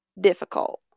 difficult